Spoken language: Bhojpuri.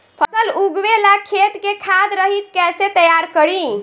फसल उगवे ला खेत के खाद रहित कैसे तैयार करी?